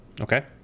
Okay